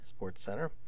SportsCenter